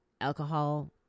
alcohol